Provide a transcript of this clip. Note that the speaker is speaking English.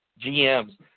GMs